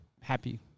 happy